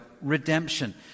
redemption